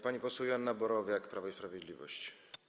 Pani poseł Joanna Borowiak, Prawo i Sprawiedliwość.